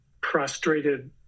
prostrated